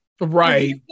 Right